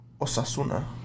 Osasuna